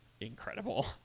incredible